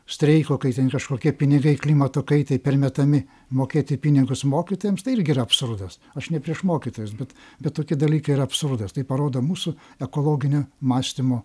streiko kai ten kažkokie pinigai klimato kaitai permetami mokėti pinigus mokytojams tai irgi yra absurdas aš ne prieš mokytojus bet bet tokie dalykai yra absurdas tai parodo mūsų ekologinio mąstymo